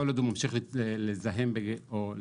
כל עוד הוא ממשיך להשתמש בגפ"מ,